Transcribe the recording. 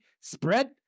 spread